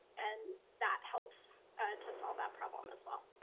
and that helps to solve that problem as well.